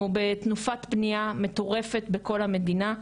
אנחנו בתנופת בניה מטורפת בכל המדינה,